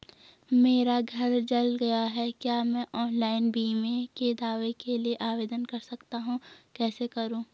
मेरा घर जल गया है क्या मैं ऑनलाइन बीमे के दावे के लिए आवेदन कर सकता हूँ कैसे करूँ?